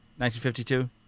1952